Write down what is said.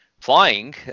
flying